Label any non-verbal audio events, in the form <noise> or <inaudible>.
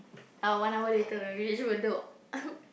our one hour later when we reach Bedok <laughs>